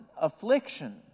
affliction